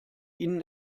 ihnen